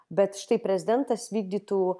bet štai prezidentas vykdytų